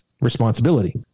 responsibility